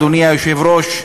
אדוני היושב-ראש,